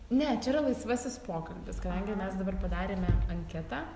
ne čia yra laisvasis pokalbis kadangi mes dabar padarėme anketą